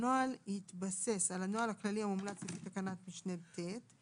הנוהל יתבסס על הנוהל הכללי המומלץ לפי תקנת משנה (ט);